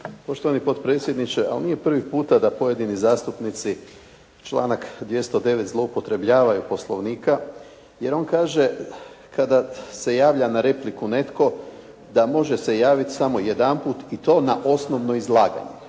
Poštovani potpredsjedniče, ali nije prvi puta da pojedini zastupnici članak 209. zloupotrebljavaju Poslovnik, jer on kaže kada se javlja na repliku netko da može se javiti samo jedanput i to na osnovno izlaganje,